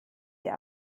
dir